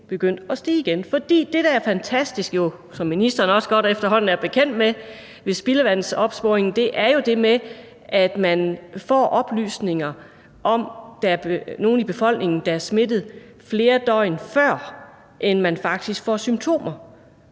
begyndte at stige igen. For det, der jo er fantastisk, og som ministeren efterhånden også er bekendt med, ved smitteopsporing i spildevand, er jo det med, at man får oplysninger om, om der er nogen i befolkningen, der er smittet, flere døgn før de faktisk får symptomer.